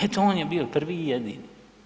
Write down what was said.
Eto, on je bio prvi i jedini.